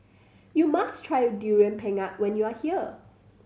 you must try Durian Pengat when you are here